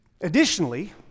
Additionally